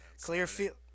Clearfield